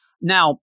Now